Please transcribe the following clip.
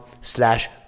slash